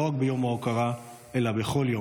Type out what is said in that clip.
לא רק ביום ההוקרה אלא בכל יום.